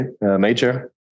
major